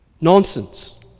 Nonsense